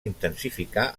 intensificar